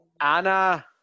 Anna